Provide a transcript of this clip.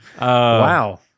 Wow